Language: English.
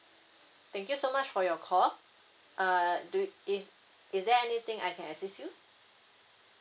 thank you so much for your call uh do is is there anything I can assist you